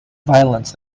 violence